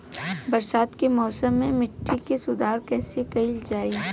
बरसात के मौसम में मिट्टी के सुधार कइसे कइल जाई?